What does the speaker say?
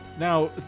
Now